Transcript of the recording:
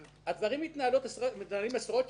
הדברים מתנהלים עשרות שנים.